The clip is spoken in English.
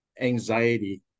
anxiety